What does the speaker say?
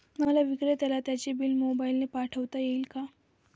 मला विक्रेत्याला त्याचे बिल मोबाईलने पाठवता येईल का?